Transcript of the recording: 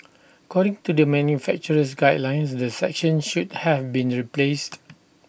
according to the manufacturer's guidelines the section should have been replaced